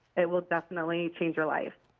it will definitely change your life.